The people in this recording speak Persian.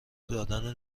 دادن